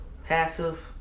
Passive